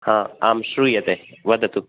हा आं श्रूयते वदतु